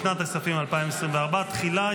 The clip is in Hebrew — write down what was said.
לשנת הכספים 2024. תחילה,